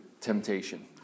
temptation